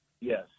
Yes